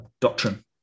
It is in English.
doctrine